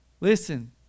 Listen